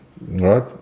Right